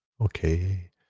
Okay